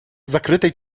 закрытой